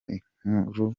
inkuru